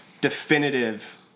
definitive